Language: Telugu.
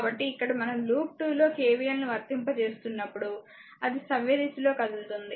కాబట్టి ఇక్కడ మనం లూప్ 2 లో KVL ను వర్తింపజేస్తున్నప్పుడు అది సవ్యదిశలో కదులుతోంది